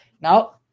Now